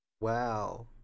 Wow